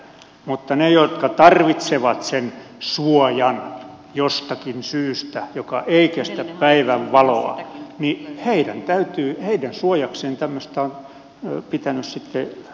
mutta niiden henkilöiden suojaksi jotka sen suojan tarvitsevat jostakin syystä joka ei kestä päivänvaloa tämmöistä on pitänyt sitten säätää ja heitä varjellaan